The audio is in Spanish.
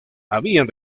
habían